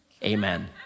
Amen